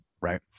right